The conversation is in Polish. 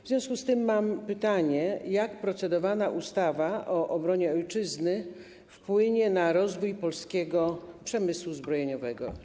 W związku z tym mam pytanie, jak procedowana ustawa o obronie Ojczyzny wpłynie na rozwój polskiego przemysłu zbrojeniowego.